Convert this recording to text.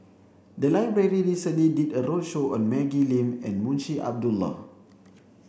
the library recently did a roadshow on Maggie Lim and Munshi Abdullah